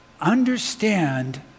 Understand